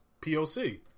POC